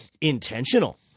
intentional